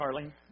Carlene